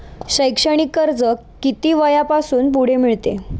शैक्षणिक कर्ज किती वयापासून पुढे मिळते?